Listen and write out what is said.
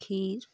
खीर